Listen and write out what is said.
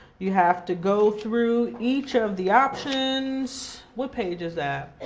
you have to go through each of the options, what page is that?